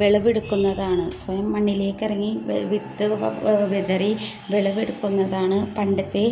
വിളവെടുക്കുന്നതാണ് സ്വയം മണ്ണിലേക്ക് ഇറങ്ങി വിത്ത് വിതറി വിളവെടുക്കുന്നതാണ് പണ്ടത്തെ